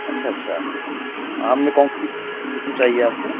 اچھا اچھا آم میں کون سی قسم چاہیے آپ کو